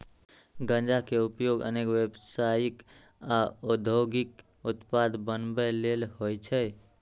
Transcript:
गांजा के उपयोग अनेक व्यावसायिक आ औद्योगिक उत्पाद बनबै लेल होइ छै